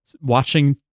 watching